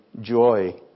joy